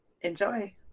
Enjoy